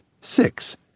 six